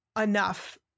enough